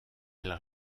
elles